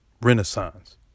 renaissance